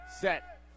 set